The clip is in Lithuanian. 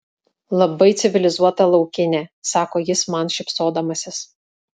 labai civilizuota laukinė sako jis man šypsodamasis